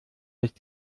ist